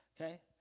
okay